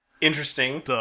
interesting